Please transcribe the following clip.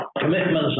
commitments